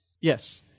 Yes